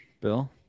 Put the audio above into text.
Bill